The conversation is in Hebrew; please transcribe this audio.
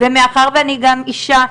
מאחר ואני גם אישה,